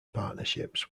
partnerships